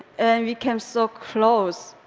and we came so close,